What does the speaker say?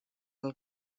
del